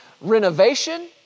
renovation